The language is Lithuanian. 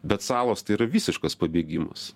bet salos tai yra visiškas pabėgimas